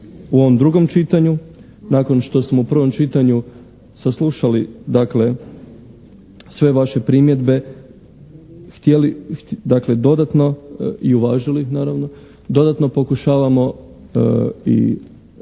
u ovom drugom čitanju nakon što smo u prvom čitanju saslušali dakle sve vaše primjedbe htjeli dakle dodatno